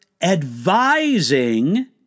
advising